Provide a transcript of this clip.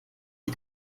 mir